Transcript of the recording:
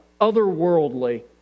otherworldly